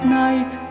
night